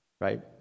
Right